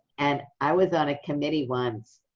and i was on a committee once,